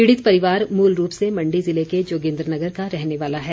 पीड़ित परिवार मूल रूप से मण्डी ज़िले के जोगिन्द्रनगर का रहने वाला है